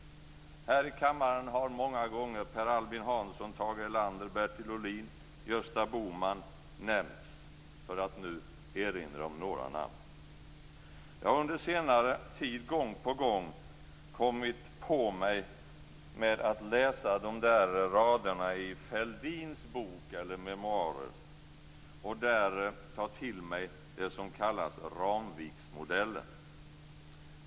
Här i kammaren har många gånger Per Albin Hansson, Tage Erlander, Bertil Ohlin och Gösta Bohman nämnts, för att nu erinra om några namn. Jag har under senare tid gång på gång kommit på mig med att läsa de där raderna i Fälldins memoarer och där ta till mig det som kallas Ramviksmodellen.